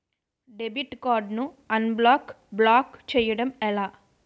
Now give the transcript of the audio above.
Debit card ను unblock block చేయటం ఎలా?